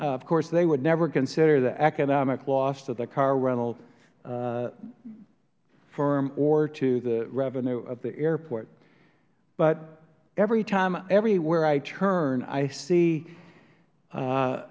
of course they would never consider the economic loss to the car rental firm or to the revenue of the airport but every time everywhere i turn i see a